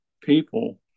people